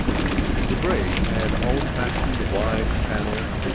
the brig had old-fashioned wide channels,